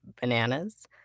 bananas